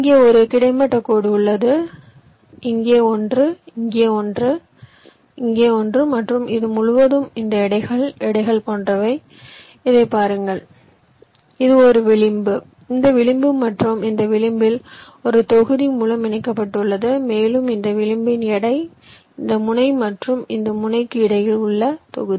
இங்கே ஒரு கிடைமட்ட கோடு உள்ளது இங்கே ஒன்று இங்கே ஒன்று இங்கே ஒன்று மற்றும் இது முழுவதும் இந்த எடைகள் எடைகள் போன்றவை இதைப் பாருங்கள் இது ஒரு விளிம்பு இந்த விளிம்பு மற்றும் இந்த விளிம்பில் ஒரு தொகுதி மூலம் இணைக்கப்பட்டுள்ளது மேலும் இந்த விளிம்பின் எடை இந்த முனை மற்றும் இந்த முனைக்கு இடையில் உள்ள தொகுதி